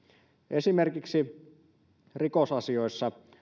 esimerkiksi rikosasioissa